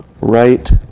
right